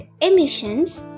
emissions